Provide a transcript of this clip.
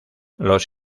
los